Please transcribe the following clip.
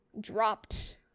dropped